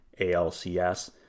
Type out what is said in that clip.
ALCS